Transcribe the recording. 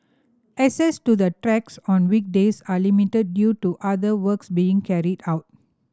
access to the tracks on weekdays are limited due to other works being carried out